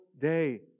day